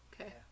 okay